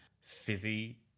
Fizzy